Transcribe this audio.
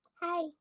Hi